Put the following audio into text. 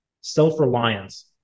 self-reliance